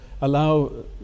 allow